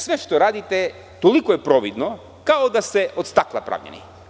Sve što radite toliko je providno kao da ste od stakla pravljeni.